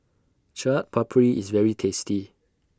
Chaat Papri IS very tasty